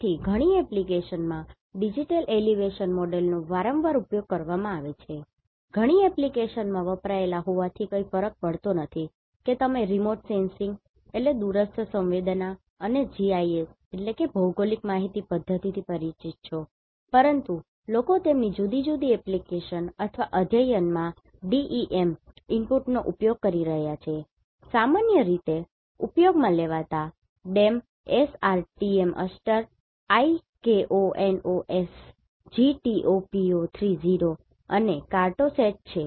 તેથી ઘણી એપ્લિકેશનમાં DEM ડિજિટલ એલિવેશન મોડેલ નો વારંવાર ઉપયોગ કરવામાં આવે છે ઘણી એપ્લિકેશનમાં વપરાયેલ હોવાથી કોઈ ફરક પડતો નથી કે તમે Remote sensing દૂરસ્થ સંવેદના અને GIS ભૌગોલિક માહિતી પધ્ધતિ પરિચિત છો પરંતુ લોકો તેમની જુદી જુદી એપ્લિકેશન અથવા અધ્યયનમાં DEM ઇનપુટનો ઉપયોગ કરી રહ્યાં છે સામાન્ય રીતે ઉપયોગમાં લેવાતા DEM SRTM Aster IKONOS GTOPO30 અને CARTOSAT છે